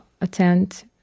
attend